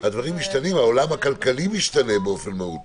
העולם הכלכלי משתנה באופן מהותי,